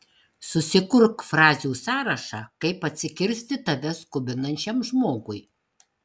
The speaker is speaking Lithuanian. susikurk frazių sąrašą kaip atsikirsti tave skubinančiam žmogui